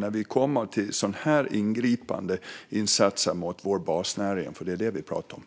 När vi kommer till sådana ingripande insatser mot vår basnäring - det är vad vi pratar om